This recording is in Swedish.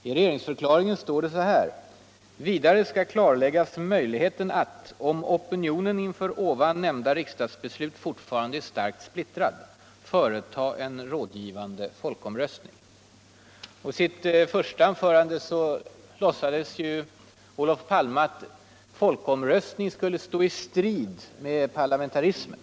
I regeringsförklaringen står det: ”Vidare skall klarläggas möjligheten att, om opinionen inlför nämnda riksdagsbestut förtfarande är starkt splittrad, företa en rädgivande folkomröstning.” I silt första unförunde låtsades ju Olof Palme att folkomröstning skulle stå i strid med parlamentarismen.